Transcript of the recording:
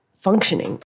functioning